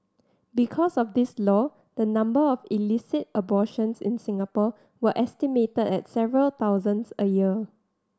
because of this law the number of illicit abortions in Singapore were estimated at several thousands a year